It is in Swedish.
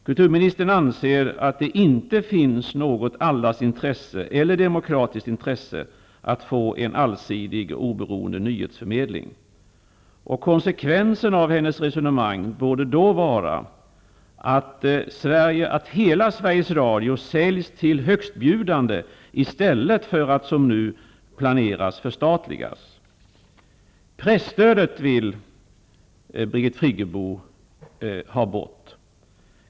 Kulturministern anser att det inte finns något allas intresse eller demokratiskt intresse av att få en allsidig, oberoende nyhetsförmedling. Konsekvensen av hennes resonemang borde då vara att hela Sveriges Radio säljs ut till högstbjudande i stället för att, som nu planeras, förstatligas. Birgit Friggebo vill ta bort presstödet.